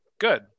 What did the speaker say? good